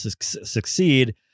succeed